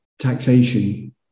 taxation